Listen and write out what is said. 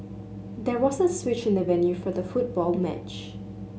there was a switch in the venue for the football match